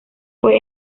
fue